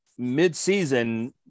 midseason